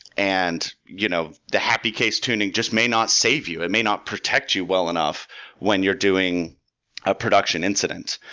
and you know the happy case tuning just may no save you. it may not protect you well enough when you're doing a production incident.